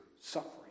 suffering